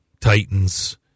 Titans